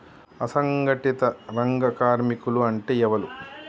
అసంఘటిత రంగ కార్మికులు అంటే ఎవలూ?